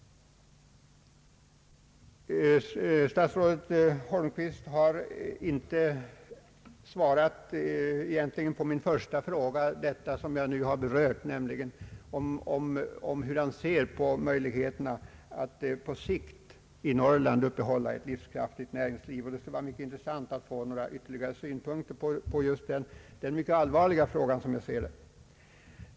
Statsrådet Holmqvist har egentligen inte svarat på min första fråga som gällde det jag nu har berört, nämligen hur han ser på möjligheterna att på sikt upprätthålla ett livskraftigt näringsliv i Norrland. Det skulle vara mycket intressant att få ytterligare några synpunkter på den, som jag ser det, mycket allvarliga frågan.